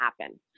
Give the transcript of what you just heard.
happen